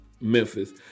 Memphis